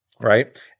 right